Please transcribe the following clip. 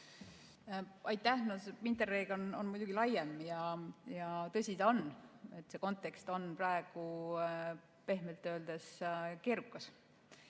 Aitäh! Interreg on muidugi laiem ja tõsi ta on, et see kontekst on praegu pehmelt öeldes keerukas.